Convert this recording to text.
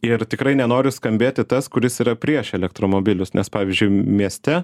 ir tikrai nenoriu skambėti tas kuris yra prieš elektromobilius nes pavyzdžiui mieste